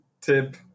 tip